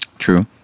true